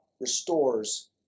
restores